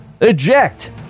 Eject